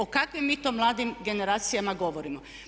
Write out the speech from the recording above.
O kakvim mi to mladim generacijama govorimo?